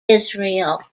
israel